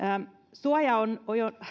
suojaosan